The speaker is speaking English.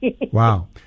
Wow